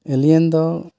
ᱮᱞᱤᱭᱟᱱ ᱫᱚ